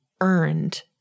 earned